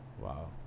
Wow